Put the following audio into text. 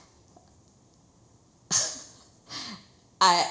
I